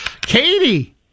Katie